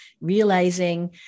realizing